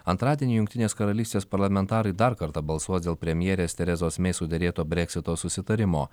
antradienį jungtinės karalystės parlamentarai dar kartą balsuos dėl premjerės terezos mei suderėto breksito susitarimo